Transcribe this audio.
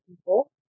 people